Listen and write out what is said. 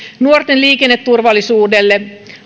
nuorten ääni liikenneturvallisuudelle